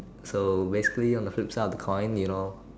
so basically on the flip side of the coin you know